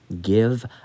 give